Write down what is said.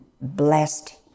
blessed